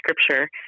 scripture